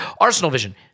arsenalvision